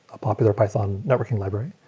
a popular python networking labor.